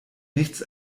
nichts